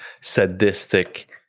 sadistic